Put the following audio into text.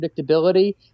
predictability